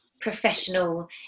professional